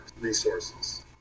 resources